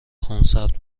خونسرد